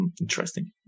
interesting